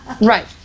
Right